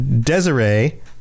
Desiree